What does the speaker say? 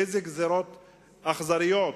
איזה גזירות אכזריות,